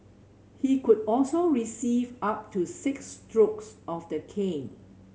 he could also receive up to six strokes of the cane